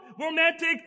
romantic